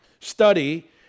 study